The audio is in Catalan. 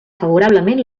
favorablement